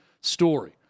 story